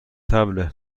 طبله